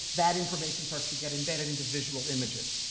that information starts to get embedded into visual images.